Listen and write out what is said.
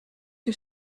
que